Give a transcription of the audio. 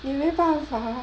你没办法